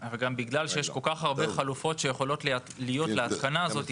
ובגלל שיש כל כך הרבה חלופות להתקנה הזאת,